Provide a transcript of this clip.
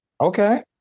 Okay